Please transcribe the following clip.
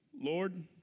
Lord